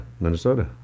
Minnesota